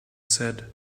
said